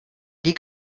die